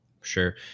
Sure